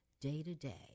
day-to-day